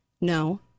No